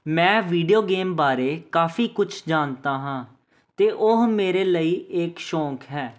ਮੈਂ video game ਬਾਰੇ ਕਾਫੀ ਕੁਛ ਜਾਣਦਾ ਹਾਂ ਅਤੇ ਉਹ ਮੇਰੇ ਲਈ ਇੱਕ ਸ਼ੌਕ ਹੈ